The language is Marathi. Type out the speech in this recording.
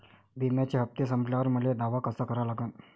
बिम्याचे हप्ते संपल्यावर मले दावा कसा करा लागन?